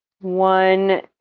one